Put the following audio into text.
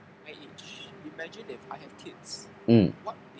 mm